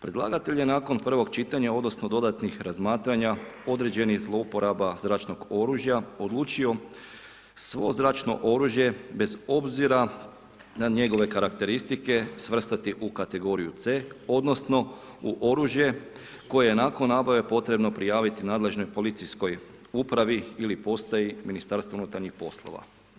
Predlagatelj je nakon prvog čitanja, odnosno dodatnih razmatranja određenih zlouporaba zračnog oružja odlučio svo zračno oružje bez obzira na njegove karakteristike svrstati u kategoriju C odnosno u oružje koje je nakon nabave potrebno prijaviti nadležnoj policijskoj upravi ili postaji Ministarstva unutarnjih poslova.